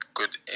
good